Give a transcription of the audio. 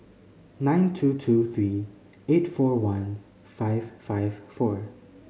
nine two two three eight four one five five four